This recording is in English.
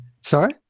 Sorry